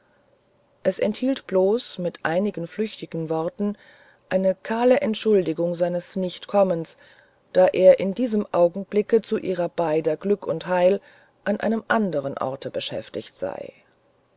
es enthielt bloß mit einigen flüchtigen worten eine kahle entschuldigung seines nichtkommens da er in diesem augenblicke zu ihrer beiden glück und heil an einem andern orte beschäftigt sei